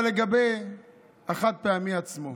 אבל לגבי החד-פעמי עצמו,